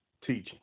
teaching